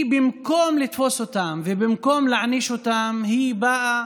במקום לתפוס אותם ובמקום להעניש אותם, היא באה